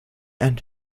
and